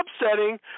upsetting